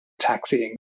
Taxiing